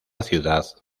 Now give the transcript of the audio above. ciudad